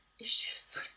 issues